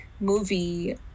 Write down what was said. movie